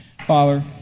Father